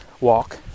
walk